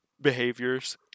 behaviors